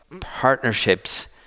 partnerships